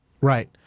Right